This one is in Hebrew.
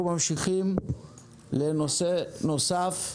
אנחנו ממשיכים לנושא נוסף,